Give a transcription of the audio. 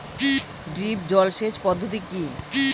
Drip জল সেচ পদ্ধতি কি?